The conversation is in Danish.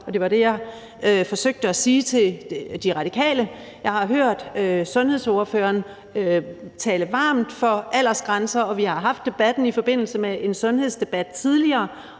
det var det, jeg forsøgte at sige til De Radikale. Jeg har hørt sundhedsordføreren tale varmt for aldersgrænser, og vi har haft debatten i forbindelse med en sundhedsdebat tidligere,